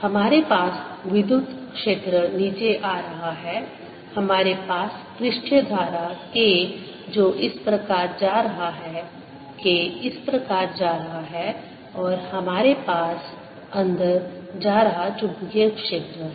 हमारे पास विद्युत क्षेत्र नीचे आ रहा है हमारे पास पृष्ठीय धारा K जो इस प्रकार जा रहा है K इस प्रकार जा रहा है और हमारे पास अंदर जा रहा चुंबकीय क्षेत्र है